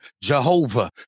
Jehovah